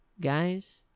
guys